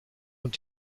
und